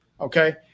okay